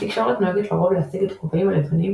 התקשורת נוהגת לרוב להציג את "הכובעים הלבנים"